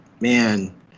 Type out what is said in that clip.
man